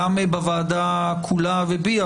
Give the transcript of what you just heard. גם בוועדה כולה ובי,